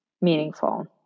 meaningful